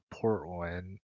Portland